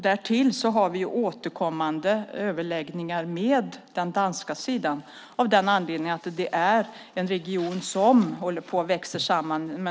Därtill har vi återkommande överläggningar med den danska sidan eftersom det är en region som håller på att växa samman.